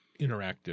interactive